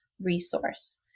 resource